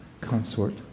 consort